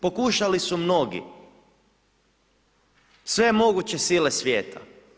Pokušali su mnogi, sve moguće sile svijeta.